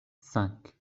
cinq